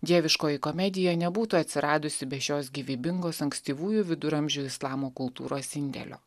dieviškoji komedija nebūtų atsiradusi be šios gyvybingos ankstyvųjų viduramžių islamo kultūros indėlio